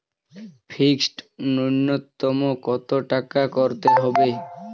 Fixed নুন্যতম কত টাকা করতে হবে?